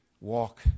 Walk